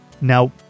Now